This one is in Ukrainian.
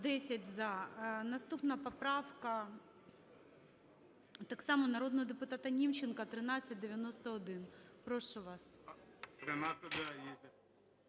За-10 Наступна поправка так само народного депутата Німченка, 1391. Прошу вас.